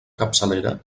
capçalera